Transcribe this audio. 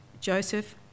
Joseph